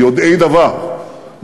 יודעי דבר,